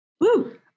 Woo